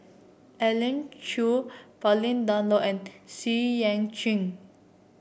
Elim Chew Pauline Dawn Loh and Xu Yuan Zhen